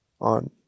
on